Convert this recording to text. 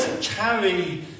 Carry